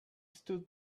stood